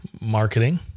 marketing